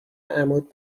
عمود